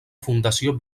fundació